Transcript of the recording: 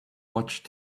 watch